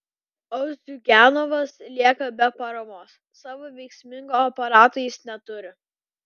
o ziuganovas lieka be paramos savo veiksmingo aparato jis neturi